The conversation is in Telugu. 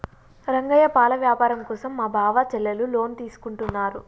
రంగయ్య పాల వ్యాపారం కోసం మా బావ చెల్లెలు లోన్ తీసుకుంటున్నారు